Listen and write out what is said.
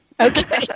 Okay